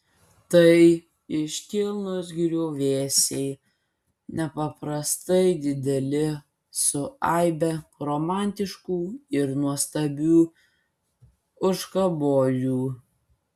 tai iškilnūs griuvėsiai nepaprastai dideli su aibe romantiškų ir nuostabių užkaborių